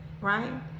Right